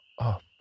up